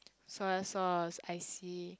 soy sauce I see